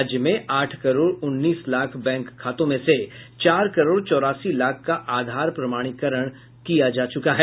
राज्य में आठ करोड़ उन्नीस लाख बैंक खातों में से चार करोड़ चौरासी लाख का आधार प्रमाणीकरण किया जा चुका है